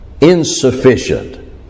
insufficient